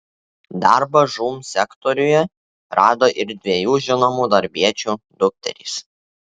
darbą žūm sektoriuje rado ir dviejų žinomų darbiečių dukterys